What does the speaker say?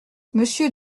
monsieur